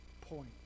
point